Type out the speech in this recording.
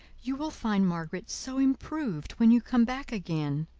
you will find margaret so improved when you come back again!